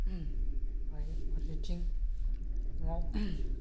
ओमफ्राय फारसेथिं न'आव